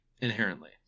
inherently